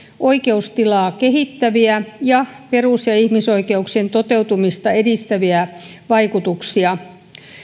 oikeustilaa kehittäviä ja perus ja ihmisoikeuksien toteutumista edistäviä vaikutuksia